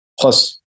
Plus